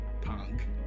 Punk